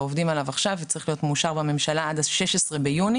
עובדים עליו עכשיו והוא צריך להיות מאושר לממשלה עד 16 ביוני,